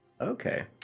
Okay